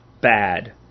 bad